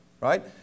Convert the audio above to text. Right